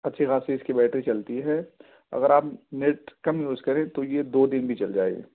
اچھی خاصی اس کی بیٹری چلتی ہے اگر آپ نیٹ کم یوز کریں تو یہ دو دن بھی چل جائے گا